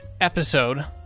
episode